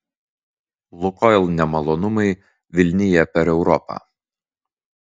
lukoil nemalonumai vilnija per europą